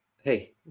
hey